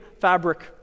fabric